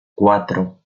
cuatro